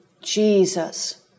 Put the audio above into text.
Jesus